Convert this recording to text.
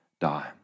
die